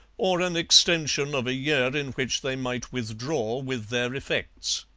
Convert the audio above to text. or an extension of a year in which they might withdraw with their effects.